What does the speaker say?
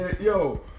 Yo